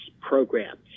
programs